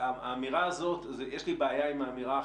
האמירה הזאת, יש לי בעיה עם האמירה.